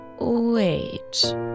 Wait